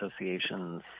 Association's